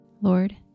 Lord